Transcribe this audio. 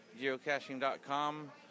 geocaching.com